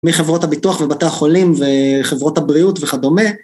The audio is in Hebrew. מחברות הביטוח ובתי החולים וחברות הבריאות וכדומה.